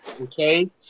okay